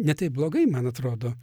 ne taip blogai man atrodo